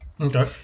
Okay